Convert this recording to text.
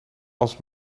als